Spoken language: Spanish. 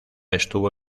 estuvo